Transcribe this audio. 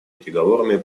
переговорами